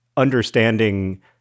Understanding